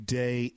day